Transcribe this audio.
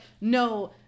no